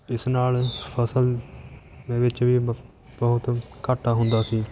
ਇਸ ਨਾਲ਼ ਫਸਲ ਦੇ ਵਿੱਚ ਵੀ ਬ ਬਹੁਤ ਘਾਟਾ ਹੁੰਦਾ ਸੀ